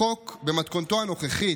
החוק במתכונתו הנוכחית,